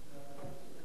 כבוד היושב-ראש,